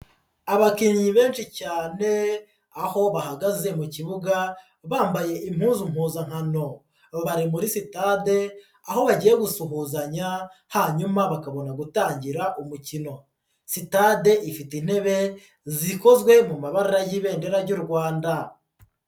Abakinnyi benshi cyane aho bahagaze mu kibuga bambaye impuzu mpuzakano, bari muri sitade aho bagiye gusuhuzanya hanyuma bakabona gutangira umukino, sitade ifite intebe zikozwe mu mabara y'ibendera ry'u Rwanda.